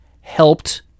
helped